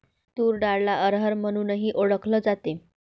तूर डाळला अरहर म्हणूनही ओळखल जाते